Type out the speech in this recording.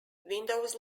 windows